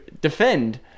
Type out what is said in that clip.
defend